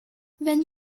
wenn